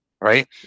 right